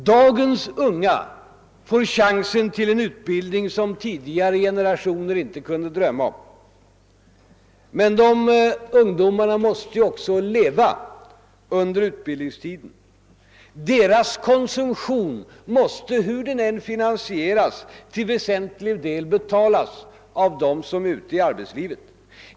Dagens unga får chans till en utbildning som tidigare generationer inte kunde drömma om, men de ungdomarna måste leva också under utbildningstiden. Deras konsumtion måste, hur den än finansieras, till väsentlig del betalas av dem som är ute i arbetslivet.